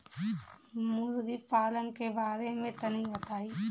मुर्गी पालन के बारे में तनी बताई?